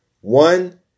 One